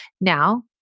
Now